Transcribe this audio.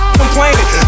complaining